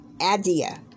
Adia